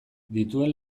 dituen